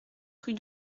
rue